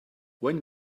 when